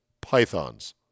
pythons